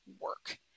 work